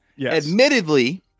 admittedly